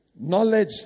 Knowledge